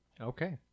Okay